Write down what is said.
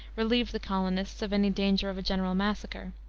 relieved the colonists of any danger of a general massacre.